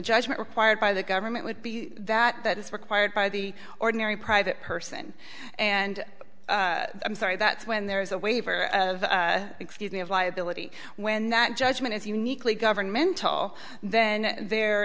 judgment required by the government would be that that is required by the ordinary private person and i'm sorry that's when there is a waiver excuse me of liability when that judgment is uniquely governmental then there